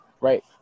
right